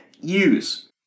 use